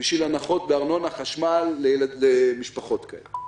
בשביל הנחות בארנונה ובחשמל למשפחות כאלה.